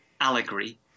allegory